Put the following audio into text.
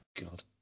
God